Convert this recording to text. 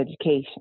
education